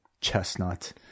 Chestnut